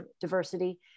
diversity